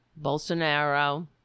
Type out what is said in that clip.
Bolsonaro